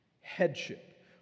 Headship